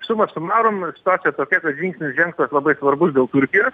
suma sumarum sutuacija tokia tokia kad žingsnis žengtas labai svarbus dėl turkijos